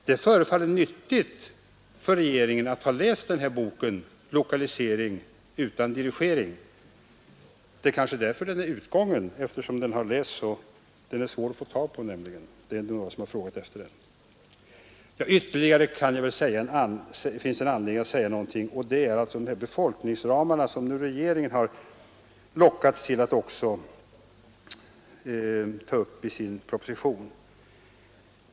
Det förefaller ha varit nyttigt för regeringen att ha läst boken Lokalisering utan dirigering. Det är kanske därför den är så svår att få tag i ett exemplar. Den är utgången från förlaget. Jag vill dessutom säga något om befolkningsramarna, som regeringen har lockats att ta upp i sin proposition.